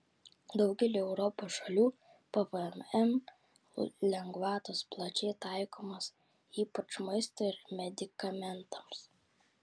daugelyje europos šalių pvm lengvatos plačiai taikomos ypač maistui ir medikamentams